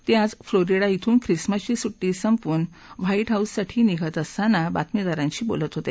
ते आज फ्लोरीडा ध्रून ख्रिसमसची सुट्टी संपवून व्हाई हाऊससाठी निघत असताना बातमीदारंशी बोलत होते